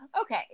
Okay